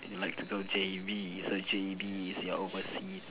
and you like to J_B so J_B is your overseas